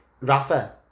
Rafa